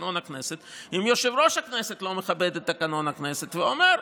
תקנון הכנסת אם יושב-ראש הכנסת לא מכבד את תקנון הכנסת ואומר: